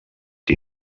que